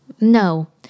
no